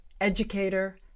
educator